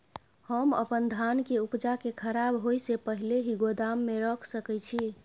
हम अपन धान के उपजा के खराब होय से पहिले ही गोदाम में रख सके छी?